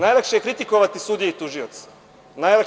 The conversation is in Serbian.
Najlakše je kritikovati sudije i tužioce.